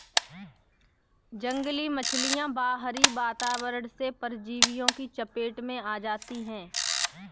जंगली मछलियाँ बाहरी वातावरण से परजीवियों की चपेट में आ जाती हैं